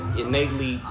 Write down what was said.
innately